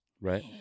right